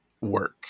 work